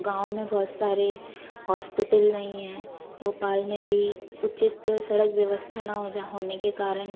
गाँव में बहुत सारे हॉस्पिटेल नहीं है भोपाल में भी उचित सड़क व्यवस्था ना हो जाने होने के कारण